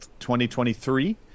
2023